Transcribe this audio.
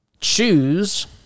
choose